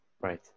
Right